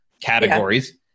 categories